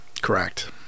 Correct